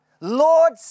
Lord